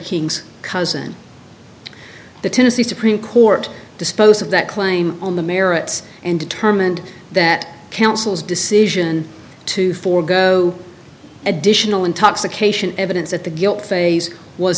king's cousin the tennessee supreme court disposed of that claim on the merits and determined that council's decision to forgo additional intoxication evidence at the guilt phase was